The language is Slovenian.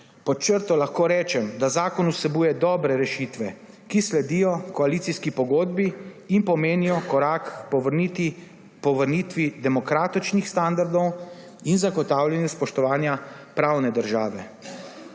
Pod črto lahko rečem, da zakon vsebuje dobre rešitve, ki sledijo koalicijski pogodbi in pomenijo korak po vrnitvi demokratičnih standardov in zagotavljanja spoštovanja pravne države.